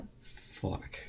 Fuck